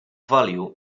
value